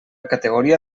categoria